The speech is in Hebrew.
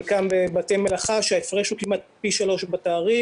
חלקם בבתי מלאכה, שההפרש הוא כמעט פי 3 בתעריף.